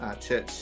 church